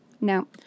no